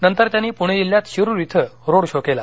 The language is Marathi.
नंतर त्यांनी पुणे जिल्ह्यात शिरुर इथं रोड शो केला